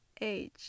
age